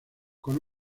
con